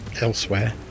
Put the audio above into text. elsewhere